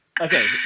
okay